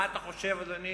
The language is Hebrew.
אדוני,